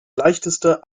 leichteste